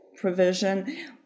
provision